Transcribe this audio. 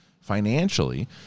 financially